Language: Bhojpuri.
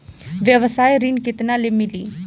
व्यवसाय ऋण केतना ले मिली?